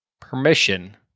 permission